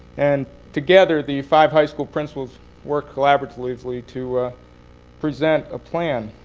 and together, the five high school principals work collaboratively to present a plan.